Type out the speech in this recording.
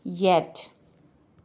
ꯌꯦꯠ